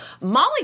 Molly